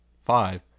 five